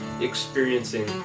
experiencing